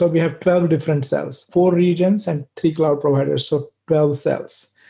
ah we have twelve different cells. four regions and three cloud providers, so twelve cells.